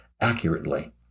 accurately